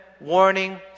warning